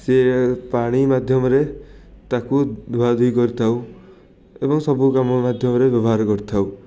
ସିଏ ପାଣି ମାଧ୍ୟମରେ ତାକୁ ଧୁଆଧୋଇ କରିଥାଉ ଏବଂ ସବୁ କାମ ମାଧ୍ୟମରେ ବ୍ୟବହାର କରିଥାଉ